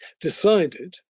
decided